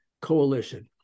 coalition